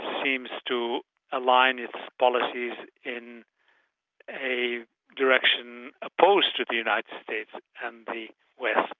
seems to align its policies in a direction opposed to the united states and the west.